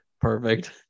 Perfect